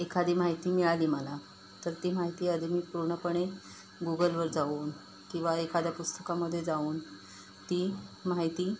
एखादी माहिती मिळाली मला तर ती माहिती आधी मी पूर्णपणे गुगलवर जाऊन किंवा एखाद्या पुस्तकामध्ये जाऊन ती माहिती